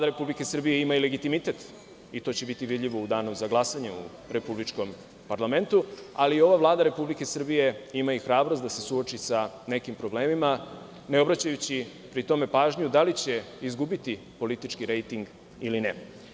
Ima i legitimitet i to će biti vidljivo u danu za glasanje u republičkom parlamentu, ali ova Vlada Republike Srbije ima i hrabrost da se suoči sa nekim problemima ne obraćajući pri tom pažnju da li će izgubiti politički rejting ili ne.